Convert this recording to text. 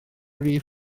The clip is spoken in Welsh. rif